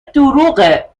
دروغه